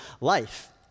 life